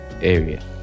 area